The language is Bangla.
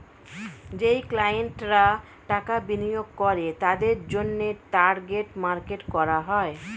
যেই ক্লায়েন্টরা টাকা বিনিয়োগ করে তাদের জন্যে টার্গেট মার্কেট করা হয়